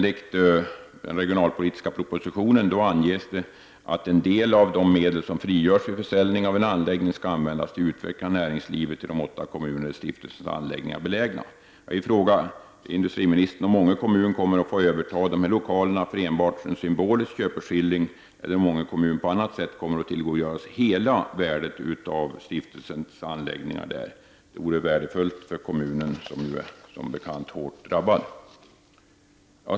I den regionalpolitiska propositionen anges att en del av de medel som frigörs vid försäljning av en anläggning skall användas till utveckling av näringslivet i de åtta kommuner där stiftelsens anläggningar är belägna. Jag vill fråga industriministern om Ånge kommun kommer att få överta lokalerna för enbart en symbolisk köpeskilling eller om Ånge kommun på annat sätt kommer att få tillgodogöra sig hela värdet av stiftelsens anläggningar där. Det vore värdefullt för kommunen, som ju som bekant är hårt drabbad.